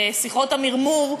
שיחות המרמור,